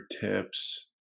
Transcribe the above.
tips